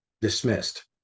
dismissed